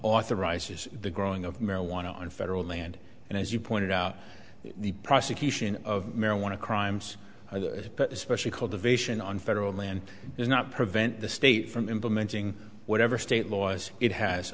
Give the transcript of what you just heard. authorizes the growing of marijuana on federal land and as you pointed out the prosecution of marijuana crimes especially called the vision on federal land does not prevent the state from implementing whatever state laws it has